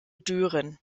düren